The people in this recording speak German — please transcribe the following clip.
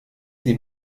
sie